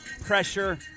Pressure